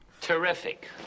Terrific